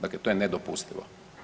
Dakle, to je nedopustivo.